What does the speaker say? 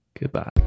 Goodbye